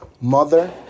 mother